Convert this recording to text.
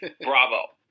Bravo